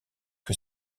que